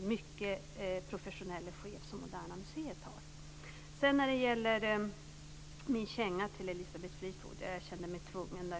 mycket professionelle chef som Moderna museet har. När det gäller min känga till Elisabeth Fleetwood kände jag mig tvungen.